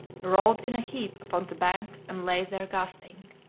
rolled in a heap upon the bank and lay there gasping.